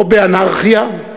לא באנרכיה,